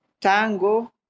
tango